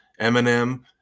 Eminem